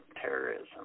terrorism